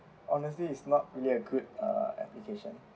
honestly it's not really a good uh application